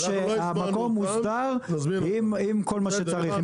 שהמקום מוסדר עם כל מה שצריך,